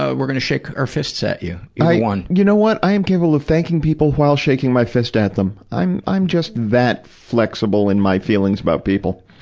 ah we're gonna shake our fists at you. either one. you know what? i am capable of thanking people while shaking my fist at them. i'm, i'm just that flexible in my feelings about people.